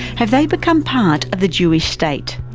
have they become part of the jewish state?